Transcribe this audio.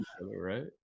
Right